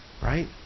Right